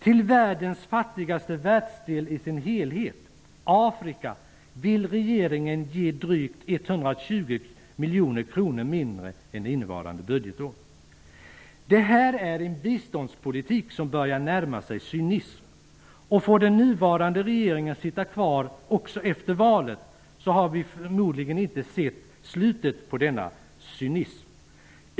Till världens fattigaste världsdel i dess helhet, Afrika, vill regeringen ge drygt 120 miljoner kronor mindre än under innevarande budgetår. Det här är en biståndspolitik som börjar närma sig cynism. Och får den nuvarande regeringen sitta kvar efter valet har vi förmodligen inte sett slutet på denna cynism.